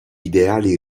ideali